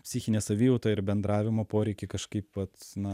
psichine savijauta ir bendravimo poreikį kažkaip vat na